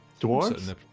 Dwarves